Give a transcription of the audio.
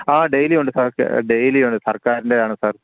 ആ ഡെയ്ലി ഉണ്ട് sir daily ഉണ്ട് സർക്കാരിൻ്റെ ആണ് സാർ